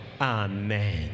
Amen